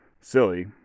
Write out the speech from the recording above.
silly